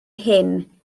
hyn